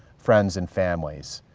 friends and families.